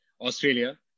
Australia